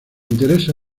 interesa